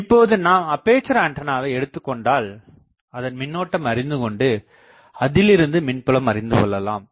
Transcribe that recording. இப்போது நாம் அப்பேசர் ஆண்டனாவை எடுத்துக்கொண்டால் அதன் மின்னோட்டம் அறிந்துகொண்டு அதிலிருந்து மின்புலம் அறிந்து கொள்ளலாம்